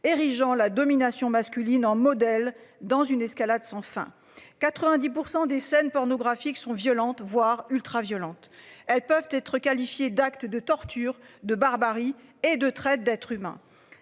érigeant la domination masculine en modèle dans une escalade sans fin 90% des scènes pornographiques sont violentes, voire ultraviolente. Elles peuvent être qualifiées d'actes de torture et de barbarie et de traite d'être s'humains.